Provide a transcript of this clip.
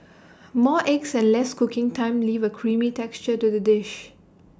more eggs and less cooking time leave A creamy texture to the dish